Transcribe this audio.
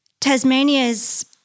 Tasmania's